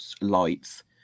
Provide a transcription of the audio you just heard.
lights